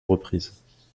reprises